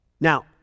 Now